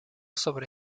sobre